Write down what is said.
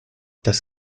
das